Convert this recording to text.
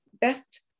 best